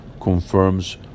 confirms